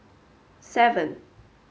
seven